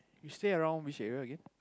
you stay around which area again